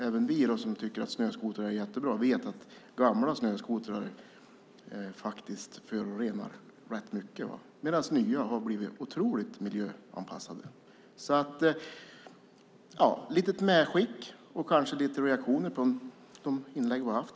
Även vi som tycker att snöskotrar är jättebra vet ju att gamla snöskotrar faktiskt förorenar rätt mycket, medan nya har blivit otroligt miljöanpassade. Det var ett litet medskick och några reaktioner på de inlägg vi haft.